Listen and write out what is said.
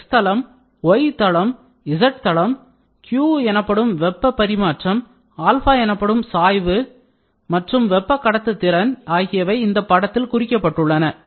X தளம் y தளம் z தளம் Q எனப்படும் வெப்ப பரிமாற்றம் ஆல்பா எனப்படும் சாய்வு மற்றும் வெப்ப கடத்துத் திறன் thermal conductivity ஆகியவை இந்த படத்தில் குறிக்கப்பட்டுள்ளன